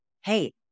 Hey